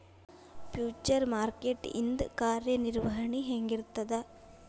Future market ಇಂದ್ ಕಾರ್ಯನಿರ್ವಹಣಿ ಹೆಂಗಿರ್ತದ?